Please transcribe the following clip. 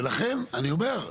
ולכן, אני אומר,